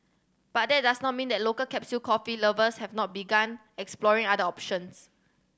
but that does not mean that local capsule coffee lovers have not begun exploring other options